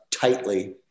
tightly